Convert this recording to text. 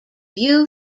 view